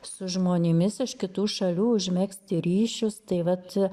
su žmonėmis iš kitų šalių užmegzti ryšius tai vat